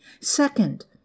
Second